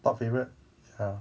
top favourite